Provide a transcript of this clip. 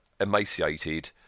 emaciated